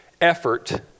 effort